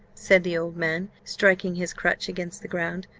said the old man, striking his crutch against the ground.